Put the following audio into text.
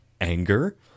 anger